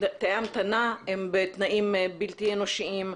תאי ההמתנה הם בתנאים בלתי אנושיים,